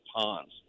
ponds